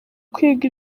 kwiga